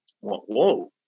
whoa